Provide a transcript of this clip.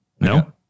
No